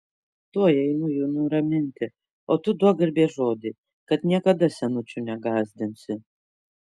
tuoj einu jų nuraminti o tu duok garbės žodį kad niekada senučių negąsdinsi